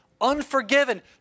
unforgiven